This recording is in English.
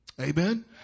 Amen